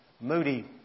Moody